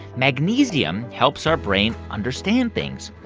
magnesium helps our brain understand things.